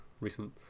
recent